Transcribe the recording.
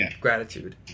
gratitude